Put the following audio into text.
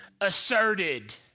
asserted